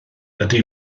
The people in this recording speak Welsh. ydy